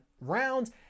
round